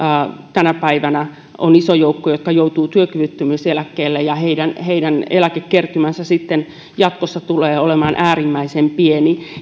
tänä päivänä on iso joukko entistä nuorempia jotka joutuvat työkyvyttömyyseläkkeelle ja heidän heidän eläkekertymänsä sitten jatkossa tulee olemaan äärimmäisen pieni